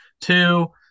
Two